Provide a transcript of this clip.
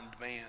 man